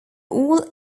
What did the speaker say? all